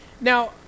Now